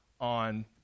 on